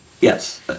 Yes